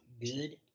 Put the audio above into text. Good